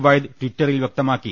വൈദ് ട്വിറ്ററിൽ വൃക്തമാക്കി